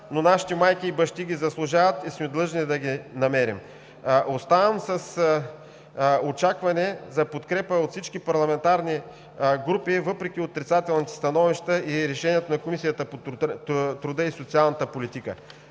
но нашите майки и бащи ги заслужават и сме длъжни да ги намерим. Оставам с очакване за подкрепа от всички парламентарни групи въпреки отрицателните становища и решенията на Комисията по труда и социалната политика.